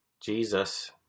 jesus